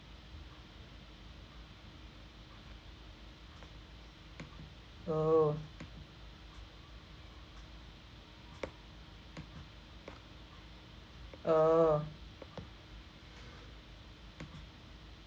oo oo